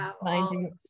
finding